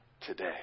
today